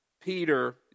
Peter